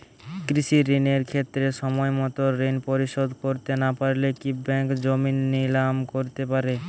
কৃষিঋণের ক্ষেত্রে সময়মত ঋণ পরিশোধ করতে না পারলে কি ব্যাঙ্ক জমি নিলাম করতে পারে?